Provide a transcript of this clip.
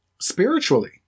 spiritually